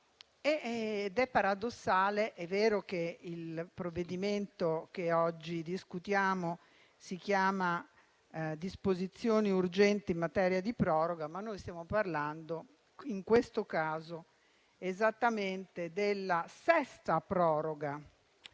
È paradossale che il provvedimento che oggi discutiamo rechi disposizioni urgenti in materia di proroga, ma noi stiamo parlando, in questo caso, esattamente della sesta proroga;